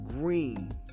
Green